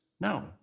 no